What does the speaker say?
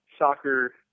soccer